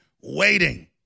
waiting